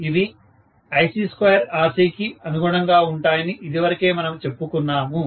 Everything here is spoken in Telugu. ఇవి Ie2RC కి అనుగుణంగా ఉంటాయని ఇదివరకే మనము చెప్పుకున్నాము